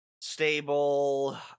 stable